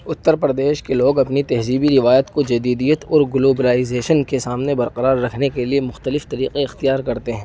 اتر پردیش کے لوگ اپنی تہذیبی روایت کو جدیدیت اور گلوبلائزیشن کے سامنے برقرار رکھنے کے لیے مختلف طریقے اختیار کرتے ہیں